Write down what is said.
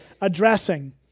addressing